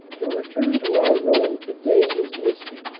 to return to our road. the day is misty,